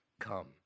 come